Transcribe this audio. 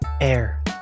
air